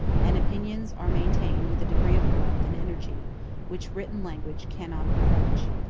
and opinions are maintained with a degree of warmth and energy which written language cannot approach.